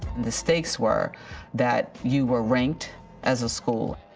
mistakes were that you were ranked as a school